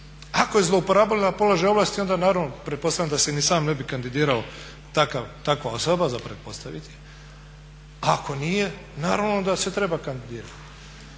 Ako je zlouporabila na položaj ovlasti onda naravno pretpostavljam da se ni sam ne bi kandidirao takva osoba za pretpostaviti je, ako nije naravno da se treba kandidirati.